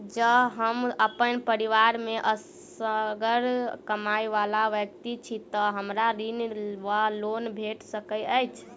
जँ हम अप्पन परिवार मे असगर कमाई वला व्यक्ति छी तऽ हमरा ऋण वा लोन भेट सकैत अछि?